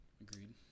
Agreed